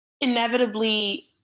Inevitably